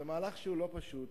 זה מהלך שהוא לא פשוט,